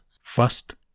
First